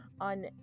on